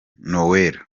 noella